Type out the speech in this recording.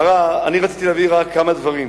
רציתי להגיד רק כמה דברים.